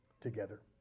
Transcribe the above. together